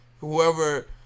whoever